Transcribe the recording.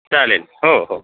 चालेल हो हो